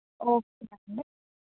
okay అండి